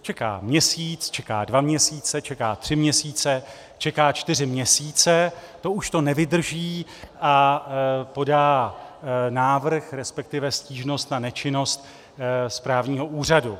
Čeká měsíc, čeká dva měsíce, čeká tři měsíce, čeká čtyři měsíce, to už to nevydrží a podá návrh, respektive stížnost na nečinnost správního úřadu.